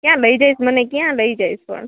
ક્યાં લઈ જઈશ મને ક્યાં લઈ જઈશ પણ